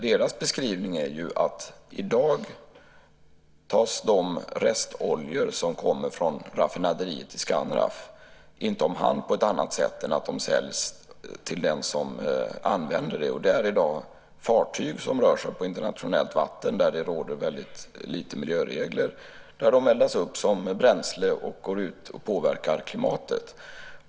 Deras beskrivning är att i dag tas de restoljor som kommer från raffinaderiet Skanraff inte om hand på annat sätt än att de säljs till den som använder dem. Det är i dag fartyg som rör sig på internationellt vatten där det råder väldigt lite miljöregler. Där eldas de upp som bränsle och går ut och påverkar klimatet.